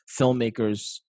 filmmakers